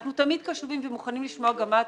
אנחנו תמיד קשובים ומוכנים לשמוע גם מה התכניות.